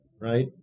right